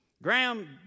Graham